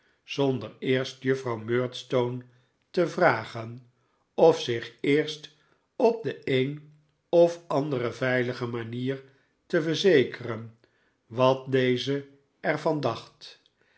zonder eerst juffrouw murdstone te vragen of zich eerst op de een of andere veilige manier te verzekeren wat deze er van dacht